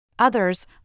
Others